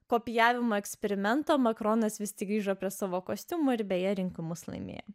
kopijavimo eksperimento makaronas visi grįžo prie savo kostiumo ir beje rinkimus laimėję